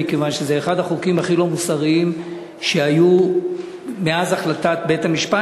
מכיוון שזה אחד החוקים הכי לא מוסריים שהיו מאז החלטת בית-המשפט,